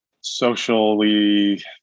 socially